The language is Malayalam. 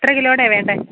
എത്ര കിലോടെയാ വേണ്ടത്